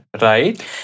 Right